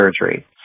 surgery